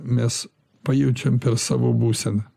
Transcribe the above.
mes pajaučiam per savo būseną